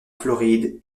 floride